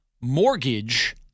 mortgage